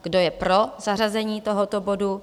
Kdo je pro zařazení tohoto bodu?